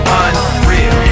unreal